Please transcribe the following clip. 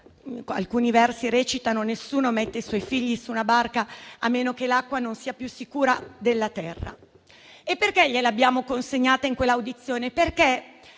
(alcuni versi recitano: «Nessuno mette i suoi figli su una barca a meno che l'acqua non sia più sicura della terra»). Gliel'abbiamo consegnata in quella audizione perché